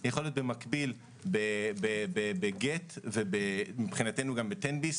הוא יכול להיות במקביל בגט ומבחינתנו גם בתן ביס